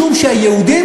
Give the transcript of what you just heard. משום שהיהודים,